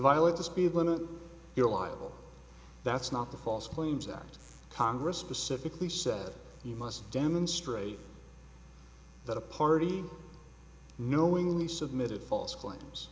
violate the speed limit you're liable that's not the false claims act congress specifically said you must demonstrate that a party knowingly submitted false claims